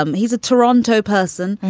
um he's a toronto person.